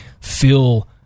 feel